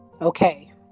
Okay